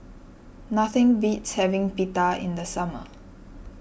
nothing beats having Pita in the summer